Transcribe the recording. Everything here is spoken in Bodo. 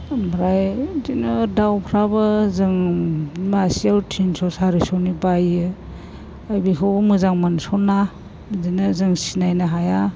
ओमफ्राय बेदिनो दाउफ्राबो जों मासेयाव तिनस' सारिस'नि बायो दा बेखौबो मोजां मोनस'ना बिदिनो जों सिनायनो हाया